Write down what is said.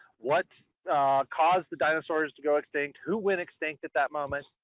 what caused the dinosaurs to go extinct, who went extinct at that moment?